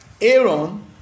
Aaron